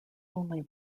only